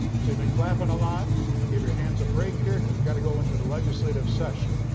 so you've been clapping a lot. i'll give your hands a break here, because we've got to go into the legislative session.